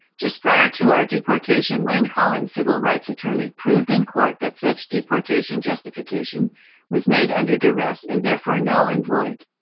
just prior to our deportation, wayne collins, civil rights attorney, attorney, proved in court that such deportation justification was made under duress and, therefore, null and void.